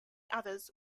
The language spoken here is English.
others